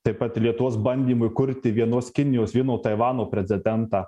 taip pat ir lietuos bandymui kurti vienos kinijos vieno taivano precedentą